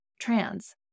trans